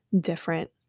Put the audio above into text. different